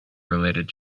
related